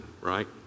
Right